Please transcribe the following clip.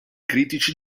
critici